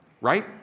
right